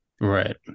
Right